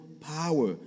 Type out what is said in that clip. power